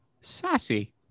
sassy